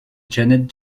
janet